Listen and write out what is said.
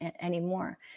anymore